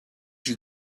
you